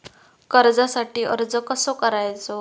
कर्जासाठी अर्ज कसो करायचो?